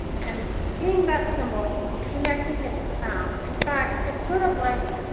and seeing that symbol, connecting it to sound. in fact, it's sort of like